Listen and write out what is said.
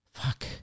Fuck